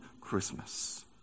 Christmas